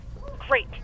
Great